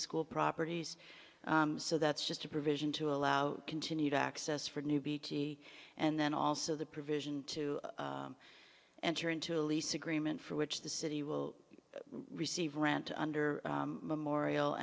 school properties so that's just a provision to allow continued access for new bt and then also the provision to enter into a lease agreement for which the city will receive rent under morial